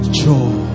joy